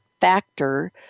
factor